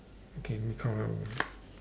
okay let me count ah